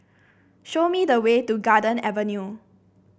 show me the way to Garden Avenue